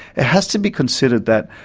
it has to be considered that